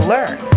Learn